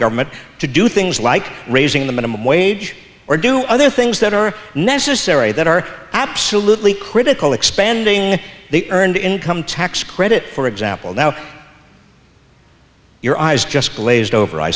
government to do things like raising the minimum wage or do other things that are necessary that are absolutely critical expanding the earned income tax credit for example now your eyes just